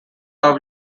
are